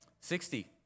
Sixty